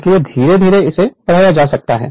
इसलिए धीरे धीरे इसे बढ़ाया जा सकता है